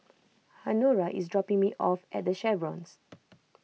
Honora is dropping me off at the Chevrons